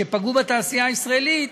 שפגעו בתעשייה הישראלית,